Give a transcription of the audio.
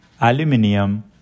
aluminium